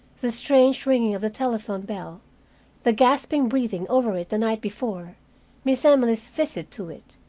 the strange ringing of the telephone bell the gasping breathing over it the night before miss emily's visit to it.